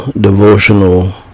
devotional